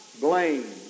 blame